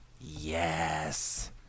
Yes